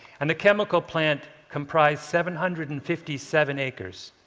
and the chemical plant comprised seven hundred and fifty seven acres.